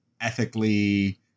ethically